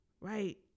right